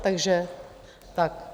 Takže tak.